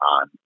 on